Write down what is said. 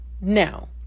now